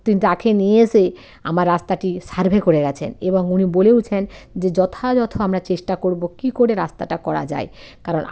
তো তাকে নিয়ে এসে আমার রাস্তাটি সার্ভে করে গেছেন এবং উনি বলেওছেন যে যথাযথ আমরা চেষ্টা করবো কী করে রাস্তাটা করা যায় কারণ